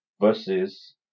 versus